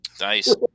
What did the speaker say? Nice